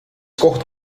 koht